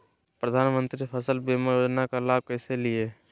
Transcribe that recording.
प्रधानमंत्री फसल बीमा योजना का लाभ कैसे लिये?